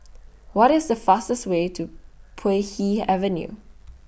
What IS The fastest Way to Puay Hee Avenue